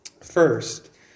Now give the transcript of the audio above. First